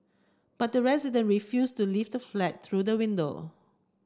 but the resident refused to leave the flat through the window